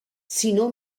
sinó